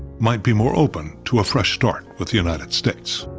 might be more open to a fresh start with the united states.